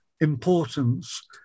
importance